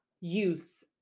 use